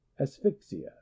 Asphyxia